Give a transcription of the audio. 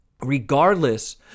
regardless